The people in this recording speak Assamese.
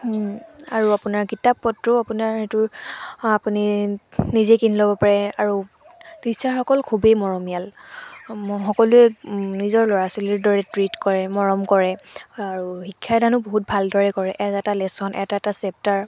আৰু আপোনাৰ কিতাপ পত্ৰও আপোনাৰ সেইটো আপুনি নিজে কিনি ল'ব পাৰে আৰু টিচাৰসকল খুবেই মৰমীয়াল সকলোৱে নিজৰ ল'ৰা ছোৱালীসকলৰ দৰে ট্ৰীট কৰে মৰম কৰে আৰু শিক্ষাদানো বহুত ভাল কৰে এটা এটা লেছন এটা এটা চেপ্টাৰ